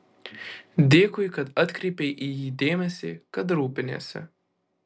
dėkui kad atkreipei į jį dėmesį kad rūpiniesi